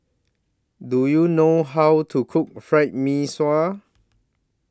Do YOU know How to Cook Fried Mee Sua